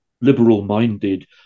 liberal-minded